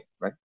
Right